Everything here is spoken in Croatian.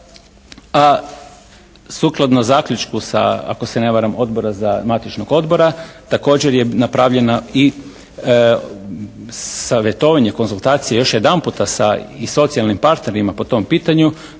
a sukladno zaključku ako se ne varam Odbora za, matičnog odbora, također je napravljena i savjetovanje, konzultacije još jedanputa i sa socijalnim partnerima po tom pitanju,